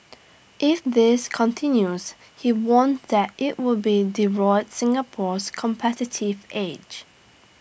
if this continues he warned that IT would be divot Singapore's competitive edge